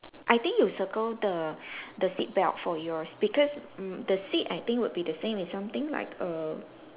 I think you circle the the seat belt for yours because mm the seat I think would be the same it's something like err